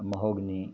mahogany